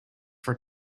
for